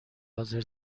حاضر